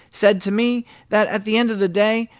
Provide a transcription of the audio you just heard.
said to me that at the end of the day,